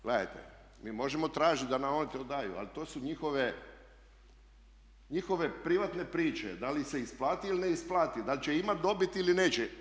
Gledajte, mi možemo tražiti da nam oni to daju ali to su njihove privatne priče, da li se isplati ili ne isplati, da li će imati dobit ili neće.